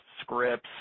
Scripts